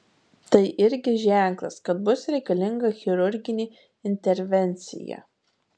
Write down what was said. tai irgi ženklas kad bus reikalinga chirurginė intervencija